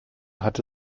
hatte